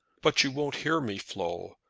but you won't hear me, flo.